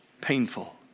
painful